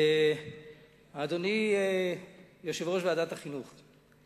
אדוני יושב-ראש ועדת החינוך,